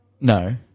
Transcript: No